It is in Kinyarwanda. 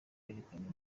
yerekanye